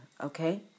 okay